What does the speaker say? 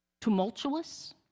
tumultuous